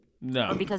No